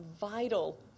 vital